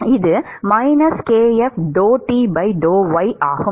இது ஆகும்